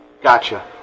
Gotcha